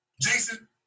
Jason